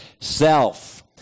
self